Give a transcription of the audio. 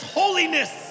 holiness